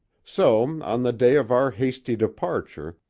so, on the day of our hasty departure,